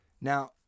Now